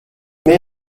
may